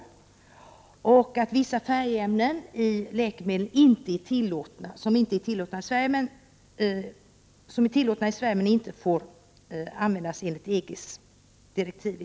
Sedan är det alltså så att vissa färgämnen i läkemedel som inte är tillåtna i Sverige får användas enligt EG:s direktiv.